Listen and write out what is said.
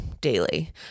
daily